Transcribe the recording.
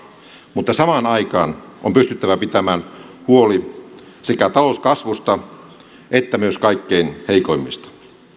mutta samaan aikaan on pysyttävä pitämään huoli sekä talouskasvusta että myös kaikkein heikoimmista